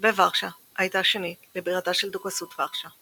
וורשה הייתה שנית לבירתה של דוכסות ורשה.